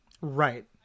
Right